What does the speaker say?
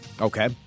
Okay